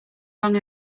wrong